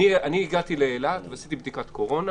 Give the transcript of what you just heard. אני הגעתי לאילת וביצעתי בדיקת קורונה